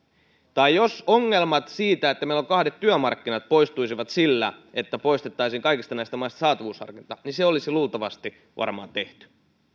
tai jos ongelmat siitä että meillä on kahdet työmarkkinat poistuisivat sillä että poistettaisiin näistä kaikista maista saatavuusharkinta niin se olisi luultavasti varmaan tehty